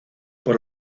por